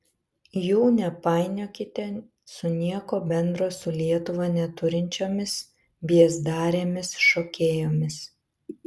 jų nepainiokite su nieko bendro su lietuva neturinčiomis biezdarėmis šokėjomis